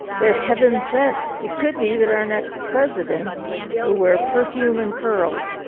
they're heaven sent. it could be that our next president will wear perfume and pearls,